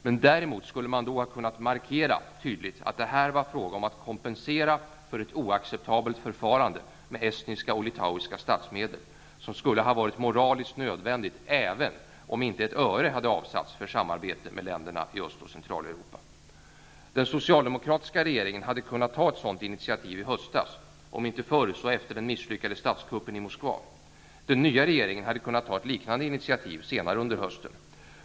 Men däremot skulle man ha kunnat tydligt markera att det här var fråga om att kompensera för ett oacceptabelt förfarande med estniska och litauiska statsmedel, något som skulle ha varit moraliskt nödvändigt även om inte ett öre hade avsatts för samarbete med länderna i Öst och Den socialdemokratiska regeringen hade kunnat ta ett sådant initiativ i höstas, om inte förr så efter den misslyckade statskuppen i Moskva. Den nya regeringen hade kunnat ta ett liknande initiativ senare under hösten.